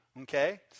okay